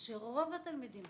שרוב התלמידים